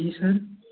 जी sir